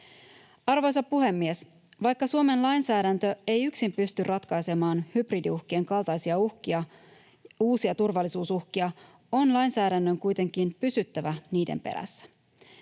Arvoisa puhemies! Vaikka Suomen lainsäädäntö ei yksin pysty ratkaisemaan hybridiuhkien kaltaisia uusia turvallisuusuhkia, on lainsäädännön kuitenkin pysyttävä niiden perässä.